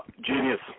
Genius